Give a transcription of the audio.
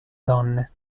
donne